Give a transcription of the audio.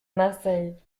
marseille